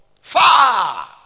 Far